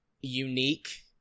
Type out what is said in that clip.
unique